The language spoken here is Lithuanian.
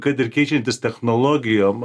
kad ir keičiantis technologijom